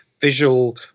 visual